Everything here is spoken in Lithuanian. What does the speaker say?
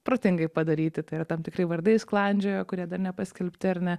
protingai padaryti tai yra tam tikri vardai sklandžiojo kurie dar nepaskelbti ar ne